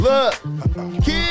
Look